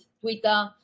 Twitter